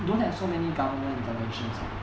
don't have so many government intervention ah